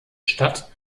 stadt